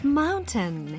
mountain